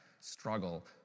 struggle